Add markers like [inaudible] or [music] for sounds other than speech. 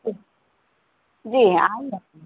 جی [unintelligible]